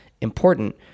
important